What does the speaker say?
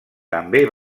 també